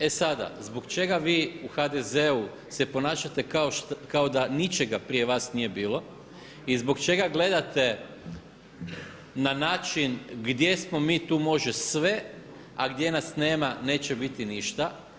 E sada, zbog čega vi u HDZ-u se ponašate kao da ničega prije vas nije bilo i zbog čega gledate na način gdje smo mi tu može sve, a gdje nas nema neće biti ništa.